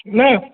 नहि